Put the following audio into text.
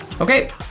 Okay